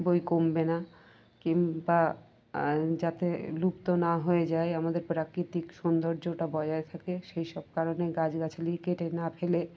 বই কমবে না কিংবা যাতে লুপ্ত না হয়ে যায় আমাদের প্রাকৃতিক সৌন্দর্যটা বজায় থাকে সেই সব কারণে গাছগাছলি কেটে না ফেলে